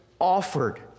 offered